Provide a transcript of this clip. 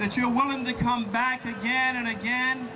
that you're willing to come back again and again